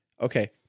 Okay